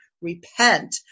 repent